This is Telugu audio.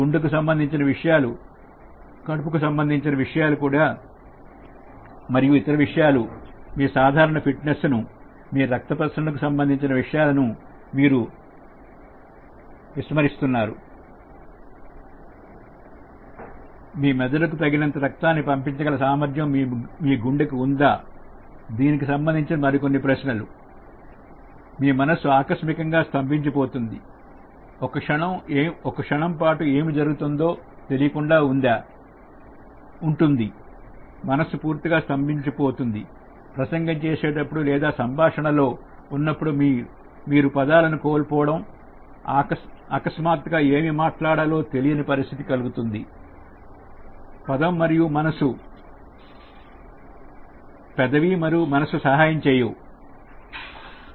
గుండెకు సంబంధించిన విషయాలు కడుపుకు సంబంధించిన విషయాలు మరియు ఇతర అంశాలు మీ సాధారణ ఫిట్నెస్ మీ రక్త ప్రసరణ కు సంబంధించిన విషయాలను మీరు విస్మరిస్తున్నారు మీ మెదడుకు తగినంత రక్తాన్ని పంపించగలరు సామర్థ్యం మీ గుండెకు ఉందా దీనికి సంబంధించిన కొన్ని ప్రశ్నలు మీ మనస్సు అకస్మాత్తుగా స్తంభించి పోతుంది ఒక క్షణం పాటు ఏమి జరుగుతుందో తెలియకుండా ఉందా మనసు పూర్తిగా స్తంభించిపోయింది ప్రసంగం చేసేటప్పుడు లేదా సంభాషణలో ఉన్నప్పుడు మీరు పదాలనే కోల్పోవడం అకస్మాత్తుగా ఏమి మాట్లాడాలో తెలియని పరిస్థితి కలుగుతుంది పదం మరియు మనసు సహాయం చేయవువు